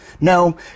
No